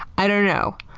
i don't know.